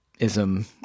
ism